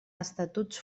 estatuts